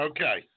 Okay